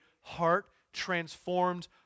heart-transformed